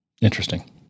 Interesting